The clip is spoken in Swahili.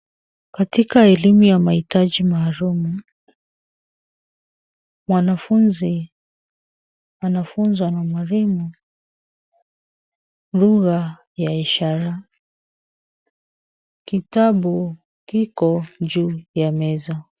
Katika elimu ya mahitaji maalum. Mwanafunzi anafunzwa na mwalimu lugha ya ishara. Kitabu kiko juu ya meza.